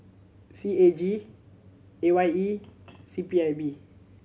C A G A Y E C P I B